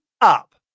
up